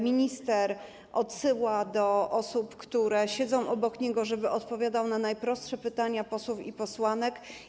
Minister odsyła do osób, które siedzą obok niego, żeby odpowiadały na najprostsze pytania posłów i posłanek.